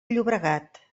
llobregat